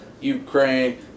Ukraine